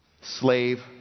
slave